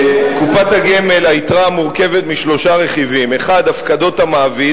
בקופת הגמל מורכבת משלושה רכיבים: 1. הפקדות המעביד,